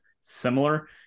similar